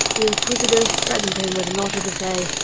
the inquisitor threatened him with an auto-da-fe.